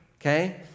okay